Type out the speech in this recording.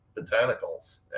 botanicals